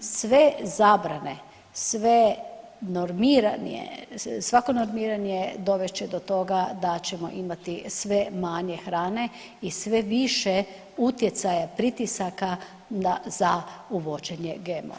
Sve zabrane, sve normiranje, svako normiranje dovest će do toga da ćemo imati sve manje hrane i sve više utjecaja pritisaka za uvođenje GMO-a.